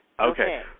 Okay